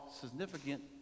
significant